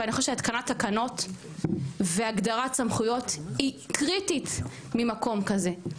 ואני חושבת שהתקנת תקנות והגדרת סמכויות היא קריטית ממקום כזה.